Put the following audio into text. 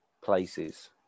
places